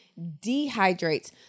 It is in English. dehydrates